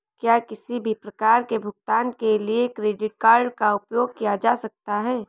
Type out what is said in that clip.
क्या किसी भी प्रकार के भुगतान के लिए क्रेडिट कार्ड का उपयोग किया जा सकता है?